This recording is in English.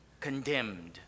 condemned